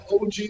OG